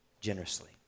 generously